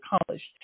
accomplished